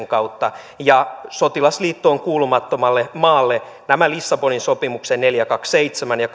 kautta sotilasliittoon kuulumattomalle maalle nämä lissabonin sopimuksen neljäkymmentäkaksi piste seitsemän ja